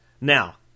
Now